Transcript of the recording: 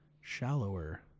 shallower